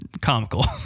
comical